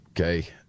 okay